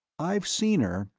i've seen her.